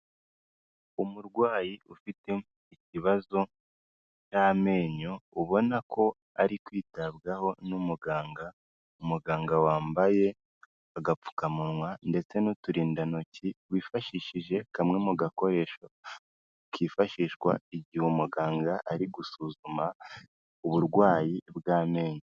Umurwayi ufite ikibazo cy'amenyo ubona ko ari kwitabwaho n'umuganga, umuganga wambaye agapfukamunwa ndetse n'uturindantoki wifashishije kamwe mu gakoresho kifashishwa igihe umuganga ari gusuzuma uburwayi bw'amenyo.